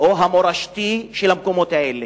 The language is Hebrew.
או המורשתי של המקומות האלה,